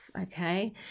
Okay